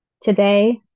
Today